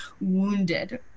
wounded